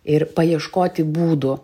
ir paieškoti būdų